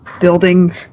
building